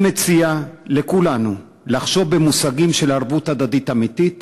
אני מציע לכולנו לחשוב במושגים של ערבות הדדית אמיתית,